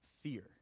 fear